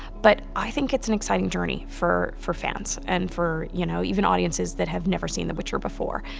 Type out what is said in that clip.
but i think it's an exciting journey for for fans and for you know even audiences that have never seen the witcher before.